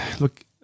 look